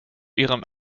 ihrem